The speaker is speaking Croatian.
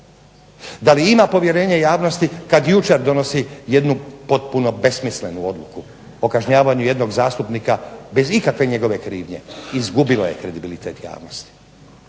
Da li ima povjerenje javnosti kad jučer donosi jednu potpuno besmislenu odluku o kažnjavanju jednog zastupnika bez ikakve njegove krivnje, izgubilo je kredibilitet javnosti.